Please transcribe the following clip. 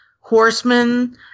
horsemen